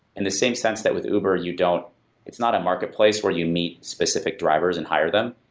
and the same sense that, with uber, you don't it's not a marketplace where you meet specific drivers and hire them.